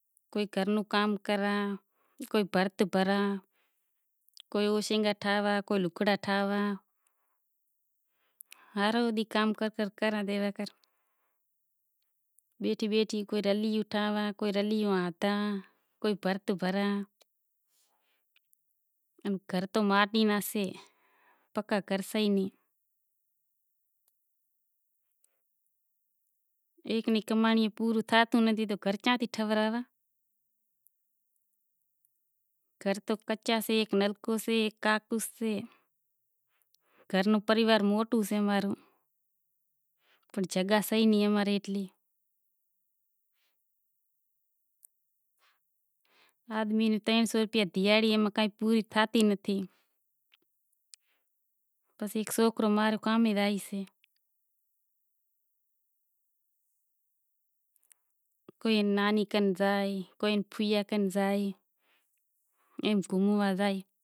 سوکرا ماں را مستی کریں سیں۔ ماں رو ڈیرانڑی جیٹھانڑی سے ماں ری ننڑند سے کانہوڑا ماتھے آوے ڈیواڑی ماتھے آوے گھوموا زائے امیں رانڑی باغ گھوموا زایاں حیدرٓباد ماں را سوکراں ناں شوق سے گھوموا نو ماں ری سوکری اسکوہل زائیشے ماں نیں جیٹھانڑی بھی سوکرو پرنڑایو سے ماں رو ڈیرانڑی جیٹھانڑی سے ماں ری ننڑند سے کانہوڑا ماتھے آوے ڈیواڑی ماتھے آوے گھوموا زائے امیں رانڑی باغ گھوموا زایاں حیدرٓباد ماں را سوکراں ناں شوق سے گھوموا نو ماں ری سوکری اسکوہل زائیشے